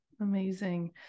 amazing